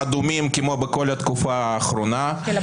אדומים כמו בכל התקופה האחרונה.